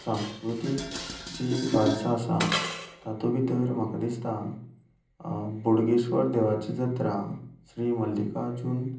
सांस्कृतीक जी वार्सां आसा तातूंत भितर म्हाका दिसता बोडगेश्वर देवाची जात्रा श्री मल्लिकार्जून